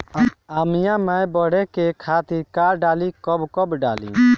आमिया मैं बढ़े के खातिर का डाली कब कब डाली?